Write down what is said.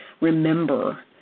remember